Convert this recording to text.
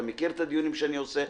אתה מכיר את הדיונים שאני עושה,